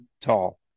tall